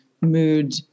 mood